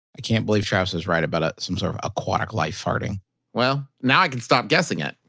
i can't believe travis was right about some sort of aquatic life farting well, now i can stop guessing it.